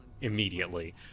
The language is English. immediately